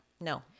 No